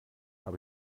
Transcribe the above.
habe